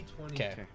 Okay